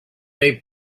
they